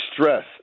stress